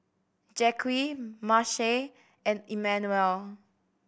Jacque Mace and Emanuel